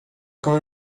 kommer